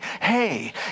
Hey